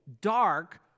dark